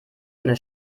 eine